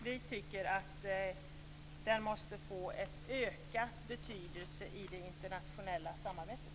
Vi tycker att den måste få en ökad betydelse i det internationella samarbetet.